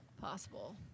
possible